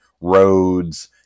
roads